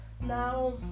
now